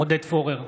עודד פורר,